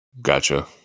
Gotcha